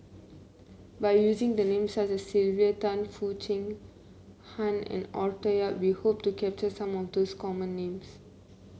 by using the names such as Sylvia Tan Foo Chee Han and Arthur Yap we hope to capture some of the common names